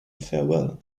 farewell